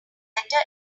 letter